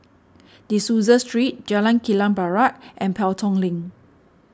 De Souza Street Jalan Kilang Barat and Pelton Link